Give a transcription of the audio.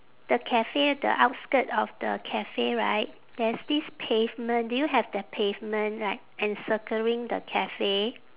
the cafe the outskirt of the cafe right there's this pavement do you have the pavement like encircling the cafe